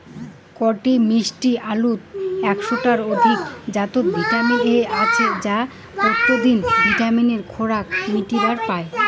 কটি মিষ্টি আলুত একশ টার অধিক জাতত ভিটামিন এ আছে যা পত্যিদিন ভিটামিনের খোরাক মিটির পায়